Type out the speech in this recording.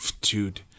Dude